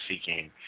seeking